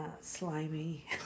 Slimy